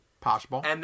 Possible